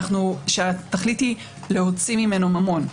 שהתכלית היא להוציא ממנו ממון.